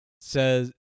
says